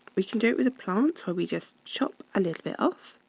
we can do it with the plants where we just chop a little bit off,